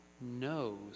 knows